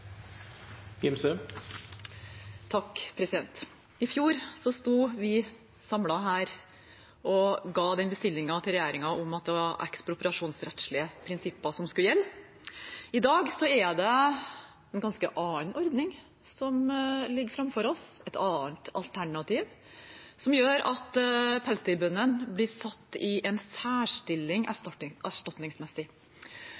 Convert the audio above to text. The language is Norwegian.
at det var ekspropriasjonsrettslige prinsipper som skulle gjelde. I dag er det en ganske annen ordning som ligger framfor oss, et annet alternativ, som gjør at pelsdyrbøndene blir satt i en særstilling